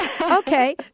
Okay